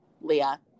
Leah